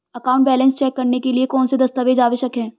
Account balance check करने के लिए कौनसे दस्तावेज़ आवश्यक हैं?